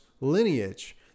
lineage